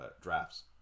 drafts